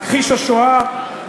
מכחיש השואה,